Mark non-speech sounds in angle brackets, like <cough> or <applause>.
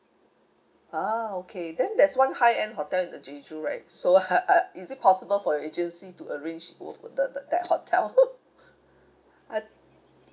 ah okay then there's one high end hotel in the jeju right so uh uh is it possible for your agency to arrange it for the the that hotel <laughs> <breath> I